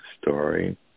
story